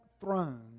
throne